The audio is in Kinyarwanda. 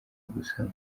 gusama